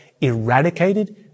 eradicated